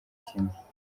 kimwe